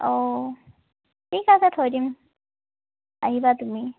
অঁ ঠিক আছে থৈ দিম আহিবা তুমি